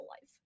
life